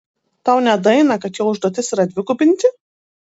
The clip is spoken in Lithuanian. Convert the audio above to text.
tau nedaeina kad jo užduotis yra dvigubinti